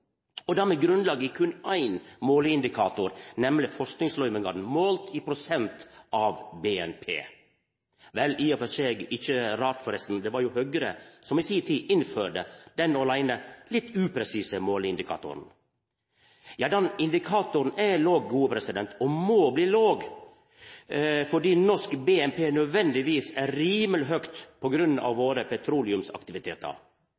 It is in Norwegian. og det med grunnlag i berre éin måleindikator, nemleg forskingsløyvingane målt i prosent av BNP. Det er forresten i og for seg ikkje rart, for det var jo Høgre som i si tid innførte den åleine litt upresise måleindikatoren. Ja, den indikatoren er låg, og han må bli låg fordi norsk BNP nødvendigvis er rimeleg høgt